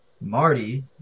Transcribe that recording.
Marty